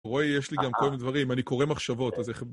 רוי, יש לי גם כל מיני דברים. אני קורא מחשבות, אז איך...